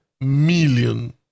million